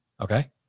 Okay